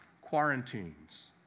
quarantines